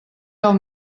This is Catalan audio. del